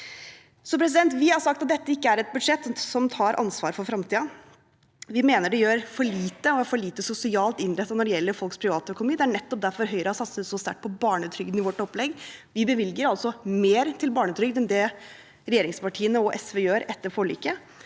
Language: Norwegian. for 2024 1031 Vi har sagt at dette ikke er et budsjett som tar ansvar for fremtiden. Vi mener at det gjør for lite og er for lite sosialt innrettet når det gjelder folks privatøkonomi. Det er nettopp derfor Høyre har satset så sterkt på barnetrygden i vårt opplegg. Vi bevilger altså mer til barnetrygd enn det regjeringspartiene og SV gjør etter forliket,